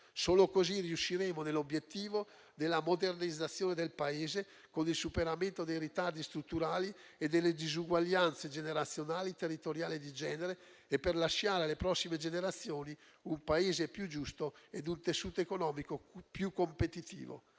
Solo così riusciremo nell'obiettivo della modernizzazione del Paese e del superamento dei ritardi strutturali e delle diseguaglianze generazionali, territoriali e di genere e per lasciare alle prossime generazioni un Paese più giusto e un tessuto più economico più competitivo.